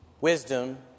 wisdom